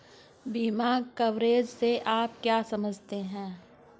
बीमा कवरेज से आप क्या समझते हैं?